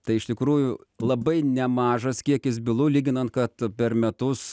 tai iš tikrųjų labai nemažas kiekis bylų lyginant kad per metus